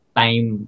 time